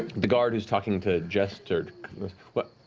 the guard who's talking to jester but